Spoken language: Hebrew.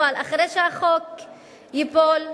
אבל אחרי שהחוק ייפול,